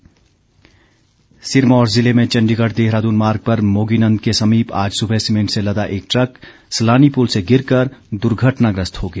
दुर्घटना सिरमौर जिले में चण्डीगढ़ देहरादून मार्ग पर मोगीनन्द के समीप आज सुबह सीमेंट से लदा एक ट्रक सलानी पुल से गिरकर दुर्घटनाग्रस्त हो गया